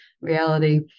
reality